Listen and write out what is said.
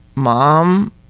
Mom